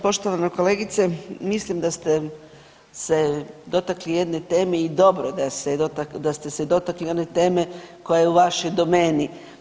Poštovana kolegice, mislim da ste se dotakli jedne teme i dobro je da ste se dotakli one teme koja je u vašoj domeni.